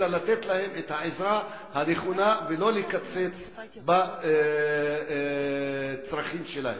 אלא לתת להן את העזרה הנכונה ולא לקצץ בצרכים שלהן.